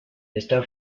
esta